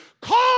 Call